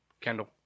Kendall